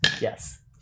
Yes